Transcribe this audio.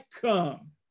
come